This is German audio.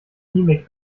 mimik